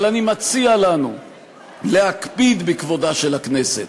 אבל אני מציע לנו להקפיד בכבודה של הכנסת,